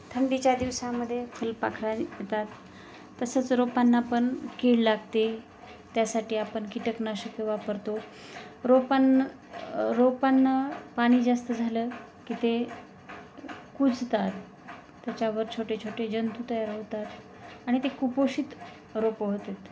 थंडीच्या दिवसामध्ये फुलपाखरं येतात तसंच रोपांना पण कीड लागते त्यासाठी आपण कीटकनाशके वापरतो रोपां रोपांना पाणी जास्त झालं की ते कुजतात त्याच्यावर छोटे छोटे जंतू तयार होतात आणि ते कुपोषित रोपं होतात